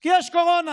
כי יש קורונה.